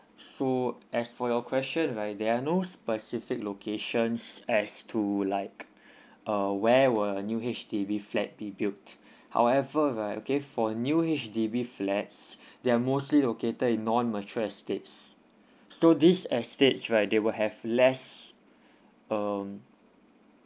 so as for your question right there are no specific locations as to like uh where were a new H_D_B flat be built however right okay for new H_D_B flats they're mostly located in non mature estates so these estates right they will have less uh